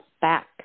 back